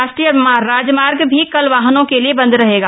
राष्ट्रीय राजमार्ग भी कल वाहनों के लिए बंद रहेगा